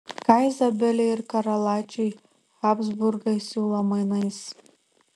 ką izabelei ir karalaičiui habsburgai siūlo mainais